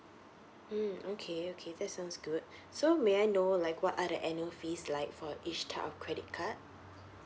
mm okay okay that sounds good so may I know like what are the annual fees like for each type of credit card